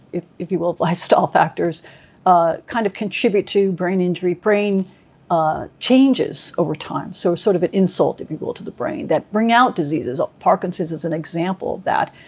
if if you will, of lifestyle factors ah kind of contribute to brain injury, brain ah changes over time. so sort of an insult, if you will, to the brain that bring out diseases, parkinson's is an example of that.